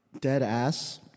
dead-ass